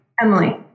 Emily